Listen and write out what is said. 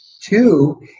Two